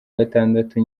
gatandatu